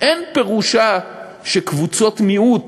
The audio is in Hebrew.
אין פירושה שקבוצות מיעוט